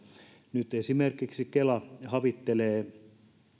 nyt esimerkiksi kela havittelee